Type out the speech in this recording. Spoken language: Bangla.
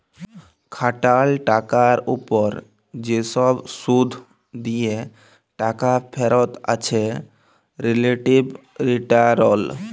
খাটাল টাকার উপর যে সব শুধ দিয়ে টাকা ফেরত আছে রিলেটিভ রিটারল